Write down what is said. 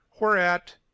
Whereat